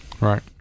Right